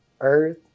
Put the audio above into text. Earth